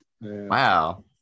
wow